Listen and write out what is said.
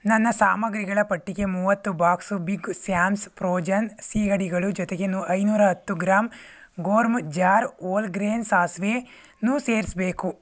ನನ್ನ ಸಾಮಗ್ರಿಗಳ ಪಟ್ಟಿಗೆ ಮೂವತ್ತು ಬಾಕ್ಸ್ ಬಿಗ್ ಸ್ಯಾಮ್ಸ್ ಪ್ರೋಜನ್ ಸೀಗಡಿಗಳು ಜೊತೆಗೆ ನು ಐನೂರ ಹತ್ತು ಗ್ರಾಮ್ ಗೋರ್ಮ್ ಜಾರ್ ಓಲ್ಗ್ರೇನ್ ಸಾಸಿವೆನೂ ಸೇರಿಸ್ಬೇಕು